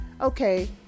okay